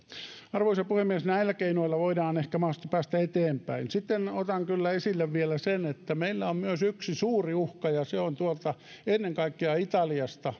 arvoisa puhemies näillä keinoilla voidaan ehkä mahdollisesti päästä eteenpäin sitten otan kyllä esille vielä sen että meillä on myös yksi suuri uhka ja se on tuolta ennen kaikkea italiasta